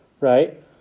right